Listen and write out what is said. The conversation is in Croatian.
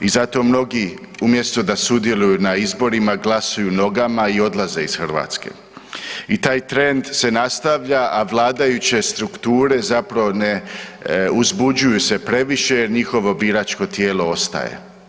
I zato mnogi umjesto da sudjeluju na izborima glasuju nogama i odlaze iz Hrvatske i taj trend se nastavlja, a vladajuće strukture zapravo ne uzbuđuju se previše jer njihovo biračko tijelo ostaje.